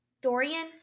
Dorian